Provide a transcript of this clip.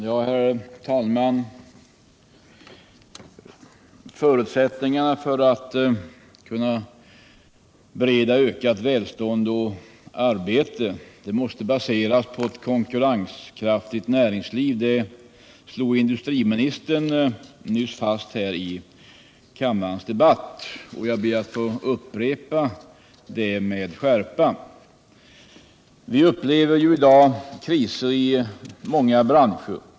Herr talman! Förutsättningarna för att kunna skapa ökat välstånd och bereda arbete är ett konkurrenskraftigt näringsliv. Detta slog industriministern nyss fast i kammarens debatt, och jag ber att få upprepa det med skärpa. Vi upplever i dag kriser i många branscher.